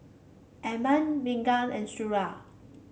Adam Megat and Suria